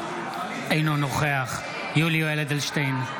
אינו נוכח יולי יואל אדלשטיין,